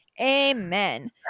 Amen